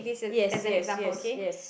yes yes yes yes